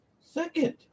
second